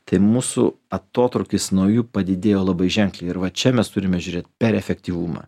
tai mūsų atotrūkis nuo jų padidėjo labai ženkliai ir va čia mes turime žiūrėt per efektyvumą